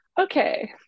okay